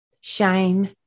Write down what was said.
shame